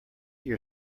your